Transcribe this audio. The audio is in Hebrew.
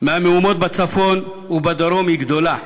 מהמהומות בצפון ובדרום הן גדולות.